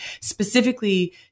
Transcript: specifically